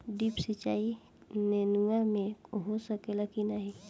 Drip सिंचाई नेनुआ में हो सकेला की नाही?